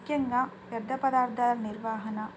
ముఖ్యంగా వ్యర్థ పదార్థ నిర్వహణ